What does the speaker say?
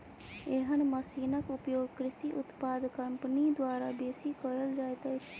एहन मशीनक उपयोग कृषि उत्पाद कम्पनी द्वारा बेसी कयल जाइत अछि